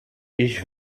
ich